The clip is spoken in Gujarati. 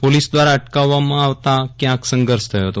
પોલીસ દ્વારા અટકાવવામાં આવતા ક્યાંક સંઘર્ષ થયો હતો